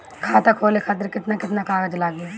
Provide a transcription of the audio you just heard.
खाता खोले खातिर केतना केतना कागज लागी?